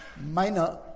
minor